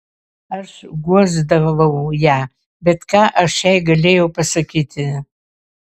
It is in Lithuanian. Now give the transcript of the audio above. aš guosdavau ją bet ką aš jai galėjau pasakyti